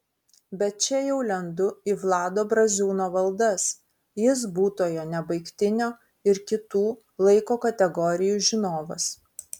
bet čia jau lendu į vlado braziūno valdas jis būtojo nebaigtinio ir kitų laiko kategorijų žinovas